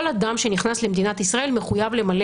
כל אדם שנכנס למדינת ישראל מחויב למלא